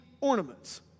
ornaments